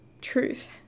truth